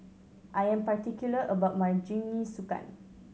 I am particular about my Jingisukan